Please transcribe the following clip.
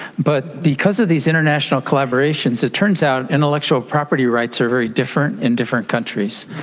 but because of these international collaborations it turns out intellectual property rights are very different in different countries,